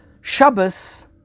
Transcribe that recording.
shabbos